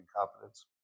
incompetence